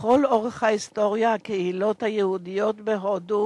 לכל אורך ההיסטוריה, הקהילות היהודיות בהודו